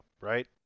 right